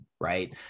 right